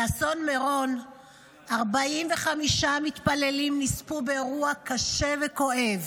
באסון מירון 45 מתפללים נספו באירוע קשה וכואב.